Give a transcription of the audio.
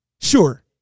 Sure